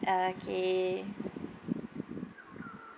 okay